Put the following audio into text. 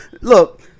Look